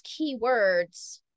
keywords